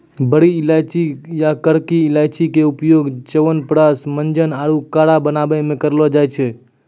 बड़ी इलायची या करकी इलायची के उपयोग च्यवनप्राश, मंजन आरो काढ़ा बनाय मॅ भी करलो जाय छै